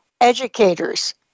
educators